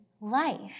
life